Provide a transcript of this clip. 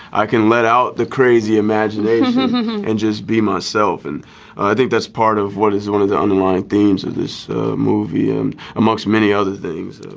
i can let out the crazy imagination and just be myself and i think that's part of what is one of the underlying themes of this movie and amongst many other things